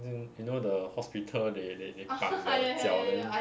mm you know the hospital they they they 绑 the 脚 then